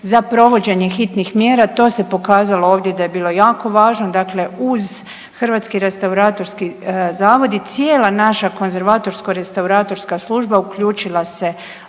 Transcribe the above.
Za provođenje hitnih mjera to se pokazalo ovdje da je bilo jako važno, dakle uz Hrvatski restauratorski zavod i cijela naša konzervatorsko restauratorska služba uključila se